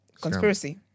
conspiracy